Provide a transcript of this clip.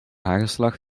hagelslag